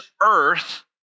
earth